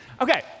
Okay